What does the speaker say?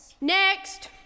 Next